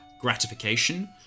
gratification